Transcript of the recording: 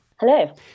Hello